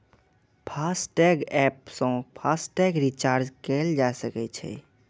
FASTag app सं FASTag recharge कैल जा सकै छै